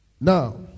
Now